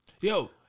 Yo